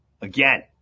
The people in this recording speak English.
Again